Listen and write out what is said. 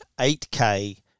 8K